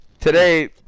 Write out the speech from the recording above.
Today